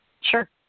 Sure